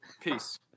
Peace